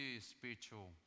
spiritual